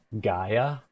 Gaia